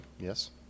Yes